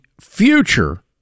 future